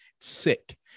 sick